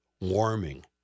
warming